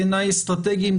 בעיניי אסטרטגיים,